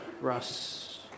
Russ